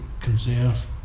conserve